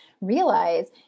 realize